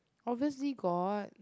obviously got